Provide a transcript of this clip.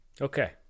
Okay